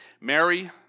Mary